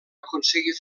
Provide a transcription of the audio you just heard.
aconseguir